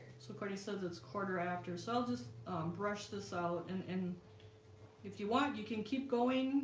so kourtney says it's quarter after so i'll just brush this out. and and if you want you can keep going